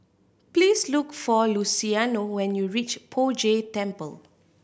please look for Luciano when you reach Poh Jay Temple